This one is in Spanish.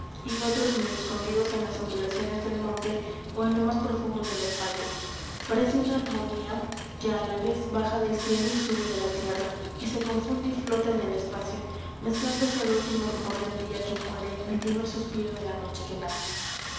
y otros medio escondidos en las ondulaciones del monte ó en lo más profundo de los valles parece una armonía que á la vez baja del cielo y sube de la tierra y se confunde y flota en el espacio mezclándose al último rumor del día que muere el primer suspiro de la noche que nace